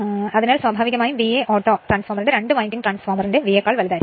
അതിനാൽ സ്വാഭാവികമായും VA auto 2 winding ട്രാൻസ്ഫോർമറിന്റെ VAക്കാൾ വലുതായിരിക്കും